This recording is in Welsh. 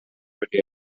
wedi